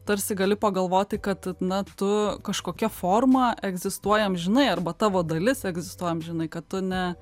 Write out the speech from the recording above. tarsi gali pagalvoti kad na tu kažkokia forma egzistuoji amžinai arba tavo dalis egzistuoja amžinai kad tu ne